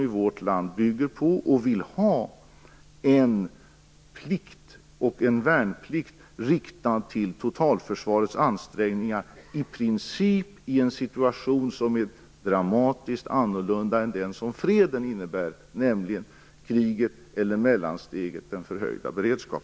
I vårt land har vi en värnplikt inriktad mot totalförsvarets ansträngningar i en situation som i princip dramatiskt skiljer sig från fredsläget, nämligen i krig eller mellansteget förhöjd beredskap.